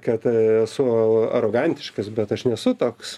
kad esu arogantiškas bet aš nesu toks